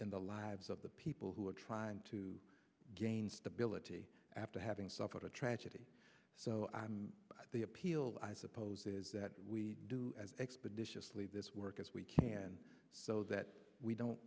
in the lives of the people who are trying to gain stability after having suffered a tragedy so i'm the appeal i suppose is that we do expeditions lead this work as we can so that we don't